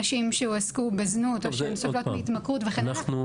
נשים שהועסקו בזנות או שהן סובלות מהתמכרות וכן הלאה.